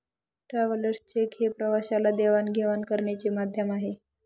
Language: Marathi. ट्रॅव्हलर्स चेक हे प्रवाशाला देवाणघेवाण करण्याचे माध्यम आहे